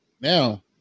now